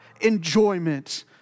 enjoyment